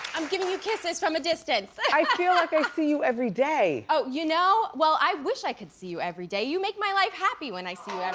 i'm giving you kisses from a distance. i i feel like i see you every day. oh, you know? well, i wish i could see you every day. you make my life happy when i see you everyday.